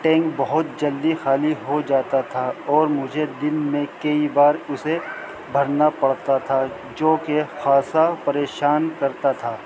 tank بہت جلدی خالی ہو جاتا تھا اور مجھے دن میں کئی بار اسے بھرنا پڑتا تھا جو کہ خاصا پریشان کرتا تھا